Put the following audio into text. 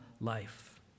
Life